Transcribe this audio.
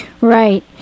Right